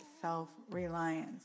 self-reliance